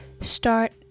start